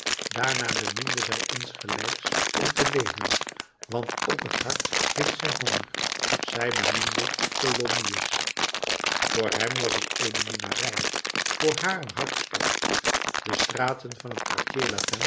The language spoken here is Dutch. daarna beminde zij insgelijks om te leven want ook het hart heeft zijn honger zij beminde tholomyès voor hem was t eene minnarij voor haar een hartstocht de straten van het